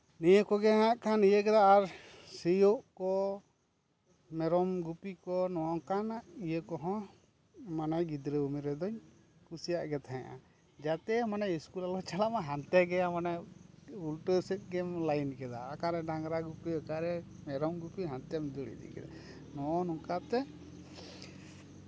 ᱱᱤᱭᱟᱹ ᱠᱚᱜᱮ ᱦᱟᱸᱜ ᱠᱷᱟᱱ ᱞᱮ ᱤᱭᱟᱹ ᱠᱮᱫᱟ ᱟᱨ ᱥᱤᱭᱳᱜ ᱠᱚ ᱢᱮᱨᱚᱢ ᱜᱩᱯᱤ ᱠᱚ ᱱᱚᱝᱠᱟᱱᱟᱜ ᱤᱭᱟᱹ ᱠᱚᱦᱚᱸ ᱢᱟᱱᱮ ᱜᱤᱫᱽᱨᱟᱹ ᱩᱢᱮᱨ ᱨᱮᱫᱩᱧ ᱠᱩᱥᱤᱭᱟᱜ ᱜᱮ ᱛᱟᱦᱮᱸᱱᱟ ᱡᱟᱛᱮ ᱥᱠᱩᱞ ᱟᱞᱚᱧ ᱪᱟᱞᱟᱜ ᱢᱟ ᱦᱟᱱᱛᱮ ᱜᱮ ᱟᱫᱚ ᱩᱞᱴᱟᱹ ᱥᱮᱫ ᱜᱮᱢ ᱞᱟᱭᱤᱱ ᱠᱮᱫᱟ ᱚᱠᱟᱨᱮ ᱰᱟᱝᱨᱟ ᱜᱩᱯᱤ ᱚᱠᱟᱨᱮ ᱢᱮᱨᱚᱢ ᱜᱩᱯᱤ ᱦᱟᱱᱛᱮᱢ ᱫᱟᱹᱲ ᱤᱫᱤ ᱠᱮᱫᱟᱭ ᱱᱚᱜᱼᱚᱭ ᱱᱚᱝᱠᱟᱛᱮ